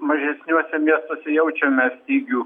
mažesniuose miestuose jaučiame stygių